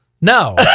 No